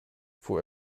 fuhr